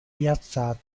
piazza